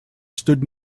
stood